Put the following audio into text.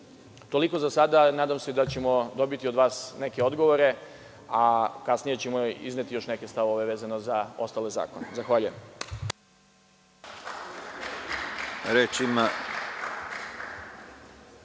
Toliko za sada. Nadam se da ćemo dobiti od vas neke odgovore. Kasnije ćemo izneti još neke stavove vezano za ostale zakone. Zahvaljujem.